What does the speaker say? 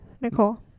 Nicole